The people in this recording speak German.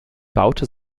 baute